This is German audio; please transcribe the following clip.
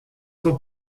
vor